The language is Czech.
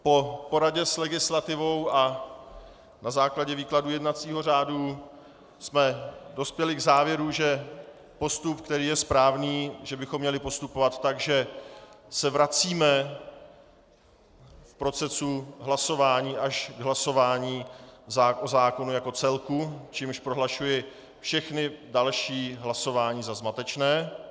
Po poradě s legislativou a na základě výkladu jednacího řádu jsme dospěli k závěru, že postup, který je správný že bychom měli postupovat tak, že se vracíme v procesu hlasování až k hlasování o zákonu jako celku, čímž prohlašuji všechna další hlasování za zmatečná.